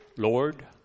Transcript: Lord